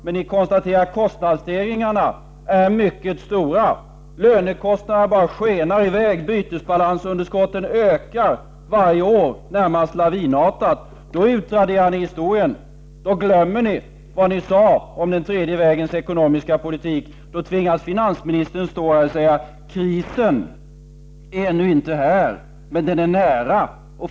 Men ni konstaterar att kostnadsstegringarna är mycket stora. Lönekostnaderna skenar i väg. Bytesbalansunderskotten ökar i det närmaste lavinartat varje år. Då utraderar ni historien. Då glömmer ni vad ni har sagt om tredje vägens ekonomiska politik. Finansministern tvingas stå här och säga: Krisen är ännu inte här, men den är nära.